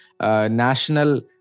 national